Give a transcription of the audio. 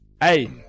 Hey